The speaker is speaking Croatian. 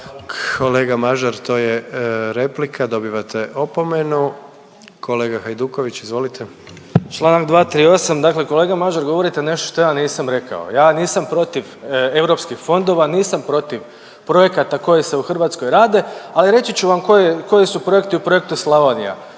Kolega Mažar to je replika, dobivate opomenu. Kolega Hajduković izvolite. **Hajduković, Domagoj (Socijaldemokrati)** Čl. 238., dakle kolega Mažar govorite nešto što ja nisam rekao. Ja nisam protiv europskih fondova, nisam protiv projekata koji se u Hrvatskoj radi, ali reći ću vam koji su projekti u projektu Slavonija.